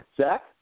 Zach